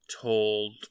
told